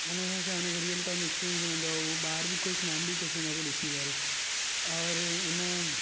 हुन जा छा हुनखे रियल टाइम एक्सपीरियंस मिलंदो आहे उहो ॿार बि ख़ुशि मां बि ख़ुशि हुनखे ॾिसी करे और हिन